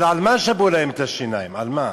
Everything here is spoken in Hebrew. אבל על מה שברו להם את השיניים, על מה?